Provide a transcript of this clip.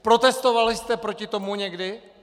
Protestovali jste proti tomu někdy?!